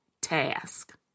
task